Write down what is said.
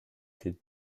could